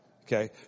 Okay